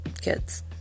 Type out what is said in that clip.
kids